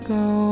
go